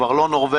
כבר לא נורבגי,